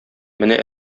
менә